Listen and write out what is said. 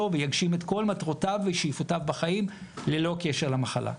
ויגשים את כל מטרותיו ושאיפותיו בחיים ללא קשר למחלה.